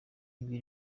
ibi